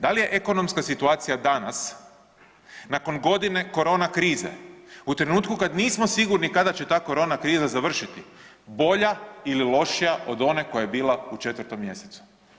Da li je ekonomska situacija danas nakon godine korona krize, u trenutku kad nismo sigurni kada će ta korona kriza završiti, bolja ili lošija od one koja je bila u 4. mj.